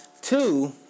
Two